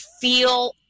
feel